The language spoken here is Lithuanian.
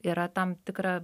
yra tam tikra